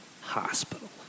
Hospital